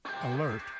Alert